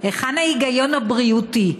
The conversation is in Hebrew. היכן ההיגיון הבריאותי?